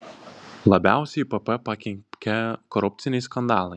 labiausiai pp pakenkė korupciniai skandalai